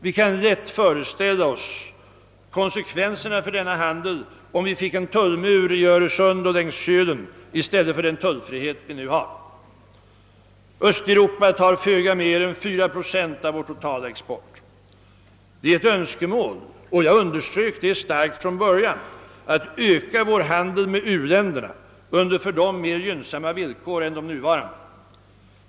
Vi kan lätt föreställa oss konsekvenserna för denna handel, om vi finge en tullmur i Öresund och längs Kölen i stället för den tullfrihet som vi nu har. Östeuropa tar föga mer än 4 procent av vår totala export. Det är ett önskemål, som jag underströk starkt från början, att öka vår handel med u-länderna under för dem mer gynnsamma villkor än de nuvarande.